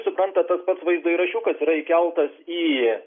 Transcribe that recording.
suprantat tas pats vaizdo įrašiukas yra įkeltas į